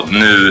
nu